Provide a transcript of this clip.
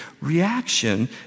reaction